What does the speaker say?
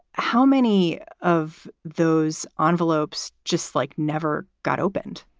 how many of those ah envelopes just like never got opened?